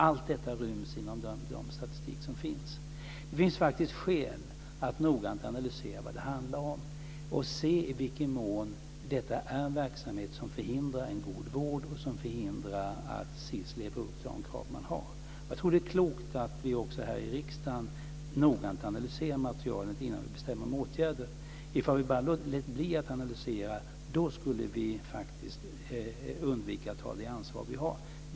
Allt detta ryms inom den statistik som finns. Det finns faktiskt skäl att noggrant analysera vad det handlar om och se i vilken mån detta är en verksamhet som förhindrar en god vård och som förhindrar att SiS lever upp till de krav som man har. Jag tror att det är klokt att vi också här i riksdagen noggrant analyserar materialet innan vi beslutar om åtgärder. Ifall vi låter bli att analysera, då skulle vi undvika att ta vårt ansvar.